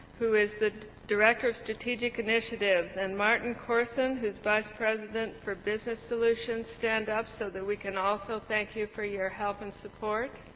who is the director of strategic initiatives and martin corson, who's vice president for business solutions stand up so that we can also thank you for your help and support?